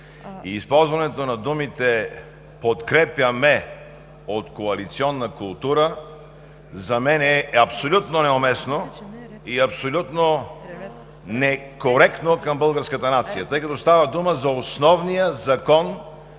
Използването на думите „подкрепяме от коалиционна култура“ за мен е абсолютно неуместно и абсолютно некоректно към българската нация, тъй като става дума за основния закон,